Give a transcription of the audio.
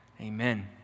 Amen